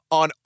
on